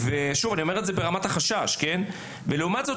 ולעומתו,